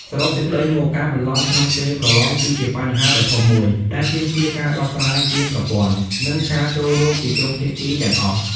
សរុបសេចក្តីមក ការបន្លំក្នុងពេលប្រឡងគឺជាបញ្ហាដ៏ធំមួយដែលទាមទារការដោះស្រាយជាប្រព័ន្ធ និងការចូលរួមពីគ្រប់ភាគីទាំងអស់។